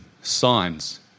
signs